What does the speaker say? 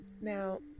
Now